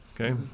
Okay